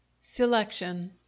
SELECTION